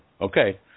okay